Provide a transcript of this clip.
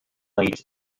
late